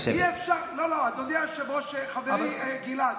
לא, לא, אדוני היושב-ראש, חברי גלעד,